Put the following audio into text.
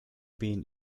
been